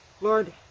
Lord